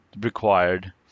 required